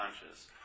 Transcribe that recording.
conscious